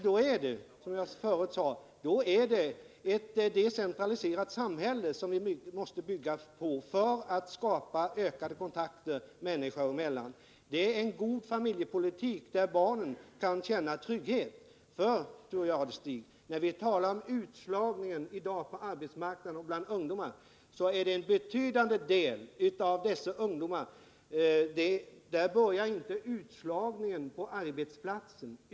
Då är det, som jag förut sade, ett decentraliserat samhälle som vi måste bygga på för att skapa ökade kontakter människor emellan — och en familjepolitik som innebär att barnen kan känna trygghet. Vi talar om utslagningen i dag på arbetsmarknaden och bland ungdomar. För en betydande del av dessa ungdomar börjar inte utslagningen på arbetsplatsen.